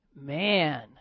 Man